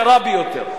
קרה ביותר.